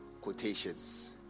quotations